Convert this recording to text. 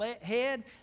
head